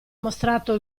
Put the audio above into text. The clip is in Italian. mostrato